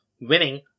Winning